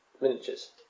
miniatures